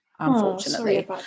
unfortunately